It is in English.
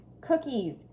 cookies